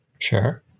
Sure